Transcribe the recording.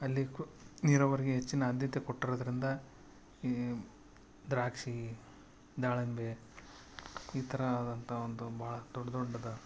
ಅಲ್ಲಿ ಕ್ರು ನೀರಾವರಿಗೆ ಹೆಚ್ಚಿನ ಆದ್ಯತೆ ಕೊಟ್ಟಿರೋದ್ರಿಂದ ಈ ದ್ರಾಕ್ಷಿ ದಾಳಿಂಬೆ ಈ ಥರ ಆದಂತ ಒಂದು ಭಾಳ ದೊಡ್ಡ ದೊಡ್ಡದು